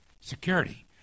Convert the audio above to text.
Security